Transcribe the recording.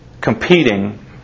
competing